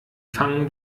fangen